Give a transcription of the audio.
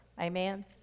Amen